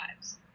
lives